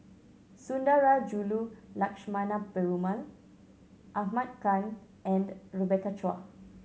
Sundarajulu Lakshmana Perumal Ahmad Khan and Rebecca Chua